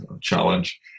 challenge